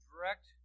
direct